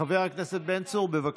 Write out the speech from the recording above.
חבר הכנסת בן צור, בבקשה.